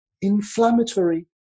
inflammatory